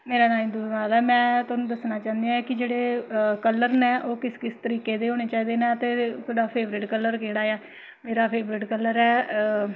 मेरा नांऽ इंदू बाला में तुसेंगी दस्सना चाह्न्नी आं जेह्ड़े कलर न ओह् किस किस तरीके दे होने चाहिदे न ते थोआड़ा फेवरट कलर केह्ड़ा ऐ मेरा फेवरट कलर ऐ